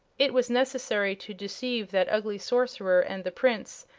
it was necessary to deceive that ugly sorcerer and the prince,